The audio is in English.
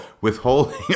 withholding